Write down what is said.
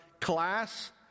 class